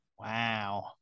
Wow